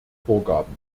vorgaben